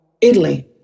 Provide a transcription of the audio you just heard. Italy